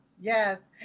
Yes